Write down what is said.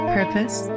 purpose